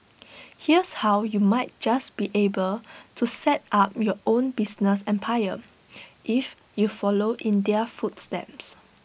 here's how you might just be able to set up your own business empire if you follow in their footsteps